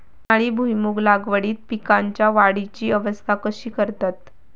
उन्हाळी भुईमूग लागवडीत पीकांच्या वाढीची अवस्था कशी करतत?